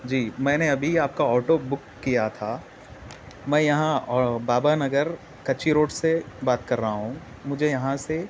جی میں نے ابھی آپ کا آٹو بک کیا تھا میں یہاں بابا نگر کچی روڈ سے بات کر رہا ہوں مجھے یہاں سے